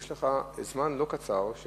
יש זמן לא קצר של